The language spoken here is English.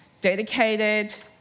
dedicated